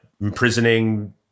imprisoning